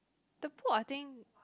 the book I think